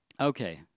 okay